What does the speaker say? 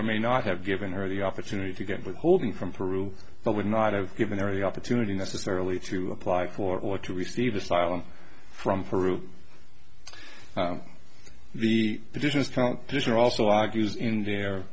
or may not have given her the opportunity to get withholding from peru but would not have given every opportunity necessarily to apply for or to receive asylum from faruq the position these are also argues in their